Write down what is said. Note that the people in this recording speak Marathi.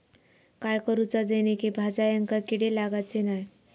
काय करूचा जेणेकी भाजायेंका किडे लागाचे नाय?